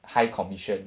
high commission